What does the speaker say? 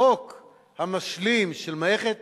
החוק המשלים של מערכת